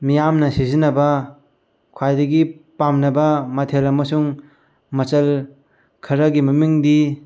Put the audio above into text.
ꯃꯤꯌꯥꯝꯅ ꯁꯤꯖꯤꯟꯅꯕ ꯈ꯭ꯋꯥꯏꯗꯒꯤ ꯄꯥꯝꯅꯕ ꯃꯊꯦꯜ ꯑꯃꯁꯨꯡ ꯃꯆꯜ ꯈꯔꯒꯤ ꯃꯃꯤꯡꯗꯤ